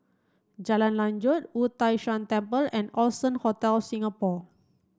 Jalan Lanjut Wu Tai Shan Temple and Allson Hotel Singapore